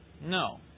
No